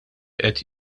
qed